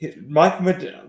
Mike